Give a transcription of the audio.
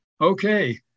Okay